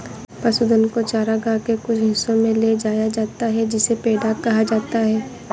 पशुधन को चरागाह के कुछ हिस्सों में ले जाया जाता है जिसे पैडॉक कहा जाता है